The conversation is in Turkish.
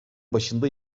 başında